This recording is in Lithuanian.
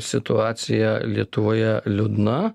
situacija lietuvoje liūdna